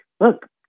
look